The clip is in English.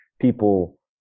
people